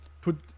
put